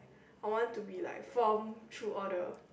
I want to be like form through all the